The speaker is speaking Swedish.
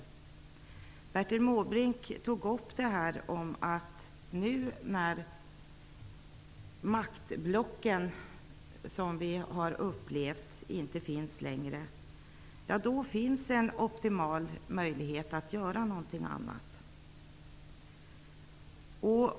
Bertil Måbrink tog upp det faktum att när nu maktblocken inte finns längre, finns det en optimal möjlighet att göra någonting.